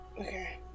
Okay